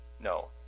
No